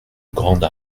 grande